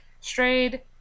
Strayed